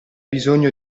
bisogno